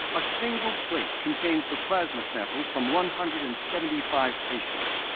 a single plate contains the plasma samples from one hundred and seventy five patients.